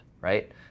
right